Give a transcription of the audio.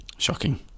Shocking